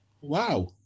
Wow